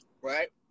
right